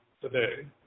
today